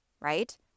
right